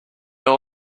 all